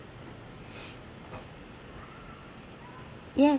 yeah